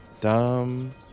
Dumb